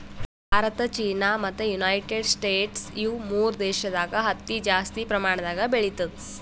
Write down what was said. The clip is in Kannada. ಭಾರತ ಚೀನಾ ಮತ್ತ್ ಯುನೈಟೆಡ್ ಸ್ಟೇಟ್ಸ್ ಇವ್ ಮೂರ್ ದೇಶದಾಗ್ ಹತ್ತಿ ಜಾಸ್ತಿ ಪ್ರಮಾಣದಾಗ್ ಬೆಳಿತದ್